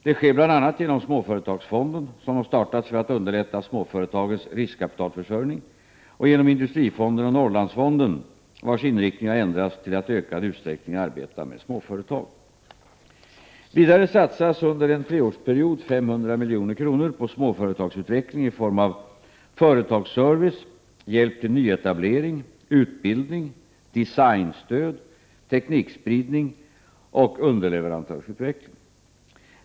Det sker bl.a. genom Småföretagsfonden, som startats för att underlätta småföretagens riskkapitalförsörjning, och genom Industrifonden och Norrlandsfonden, vilkas inriktning har ändrats till att i ökad utsträckning arbeta med småföretag. Vidare satsas under en treårsperiod 500 milj.kr. på småföretagsutveckling i form av företagsservice, hjälp till nyetablering, utbildning, designstöd, teknikspridning och underleverantörsutveckling.